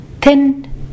ten